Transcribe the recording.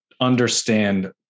understand